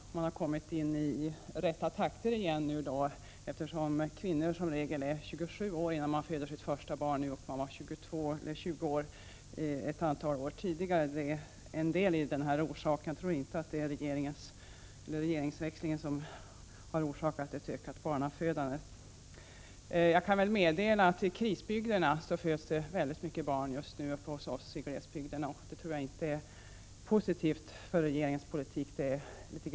Man har således kommit in i rätta takter nu igen, eftersom kvinnor nu som regel är 27 år när de föder sitt första barn. Ett antal år tillbaka var de 20 år när det första barnet föddes. Detta är en del av orsaken. Jag tror inte att regeringsväxlingen har lett till ett ökat barnafödande. Jag kan meddela att i krisbygderna, uppe hos oss i glesbygderna, föds det många barn just nu. Det tror jag inte är ett resultat av att regeringens politik är positiv.